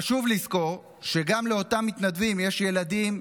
חשוב לזכור שגם לאותם מתנדבים יש ילדים,